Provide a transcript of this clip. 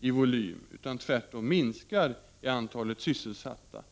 i volym utan tvärtom minskar i antalet sysselsatta.